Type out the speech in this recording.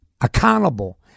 accountable